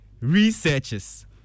researchers